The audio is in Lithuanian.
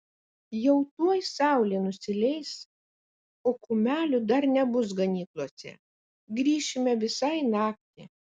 jau tuoj saulė nusileis o kumelių dar nebus ganyklose grįšime visai naktį